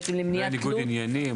בעצם למניעת --- ניגוד עניינים.